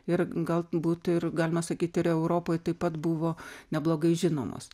ir gal būt ir galima sakyti ir europoje taip pat buvo neblogai žinomos